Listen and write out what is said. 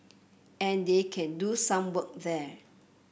and they can do some work there